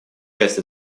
часть